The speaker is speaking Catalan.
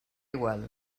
igual